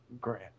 Grant